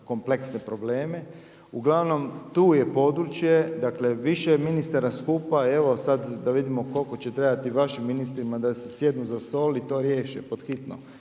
kompleksne probleme. Uglavnom tu je područje, dakle više ministara skupa evo sada da vidimo koliko će trebati vašim ministrima da si sjednu za stol i to riješe pod hitno.